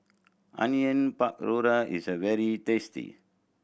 Onion Pakora is very tasty